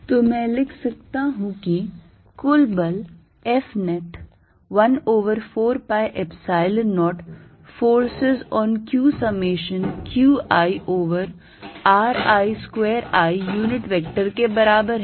तो मैं लिख सकते हूँ कि कुल बल F net 1 over 4 pi epsilon 0 forces on q summation q i over r i square r i unit vector के बराबर है